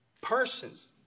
persons